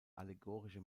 allegorische